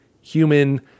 human